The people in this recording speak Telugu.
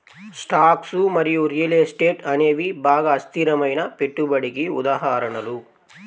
స్టాక్స్ మరియు రియల్ ఎస్టేట్ అనేవి బాగా అస్థిరమైన పెట్టుబడికి ఉదాహరణలు